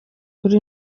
kuri